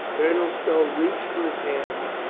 colonel stow reached for his hand,